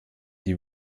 die